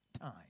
time